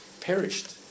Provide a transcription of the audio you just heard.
Perished